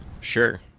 sure